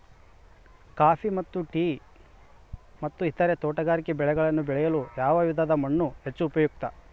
Coffee ಮತ್ತು tea ಮತ್ತು ಇತರ ತೋಟಗಾರಿಕೆ ಬೆಳೆಗಳನ್ನು ಬೆಳೆಯಲು ಯಾವ ವಿಧದ ಮಣ್ಣು ಹೆಚ್ಚು ಉಪಯುಕ್ತ?